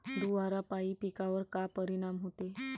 धुवारापाई पिकावर का परीनाम होते?